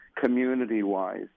community-wise